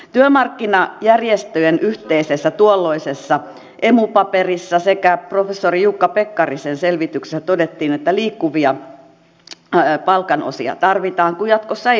työmarkkinajärjestöjen tuolloisessa yhteisessä emu paperissa sekä professori jukka pekkarisen selvityksessä todettiin että liikkuvia palkanosia tarvitaan kun jatkossa ei voi devalvoida